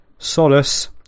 Solace